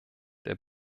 der